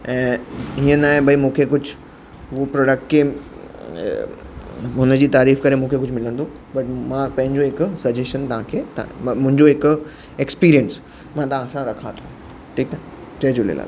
ऐं हीअं न आहे भई मूंखे कुझु उहो प्रोडक्ट खे हुनजी तारीफ़ करे मूंखे कुछ मिलंदो बट मां पंहिंजो हिकु सजैशन तव्हांखे मुंहिंजो हिकु एक्स्पीरियंस मां तव्हां सां रखां थो ठीकु आहे जय झूलेलाल